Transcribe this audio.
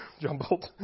jumbled